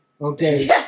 Okay